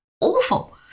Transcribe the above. awful